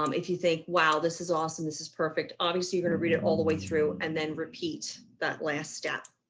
um if you think, wow, this is awesome. this is perfect. obviously you going to read it all the way through and then repeat that last step.